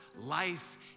life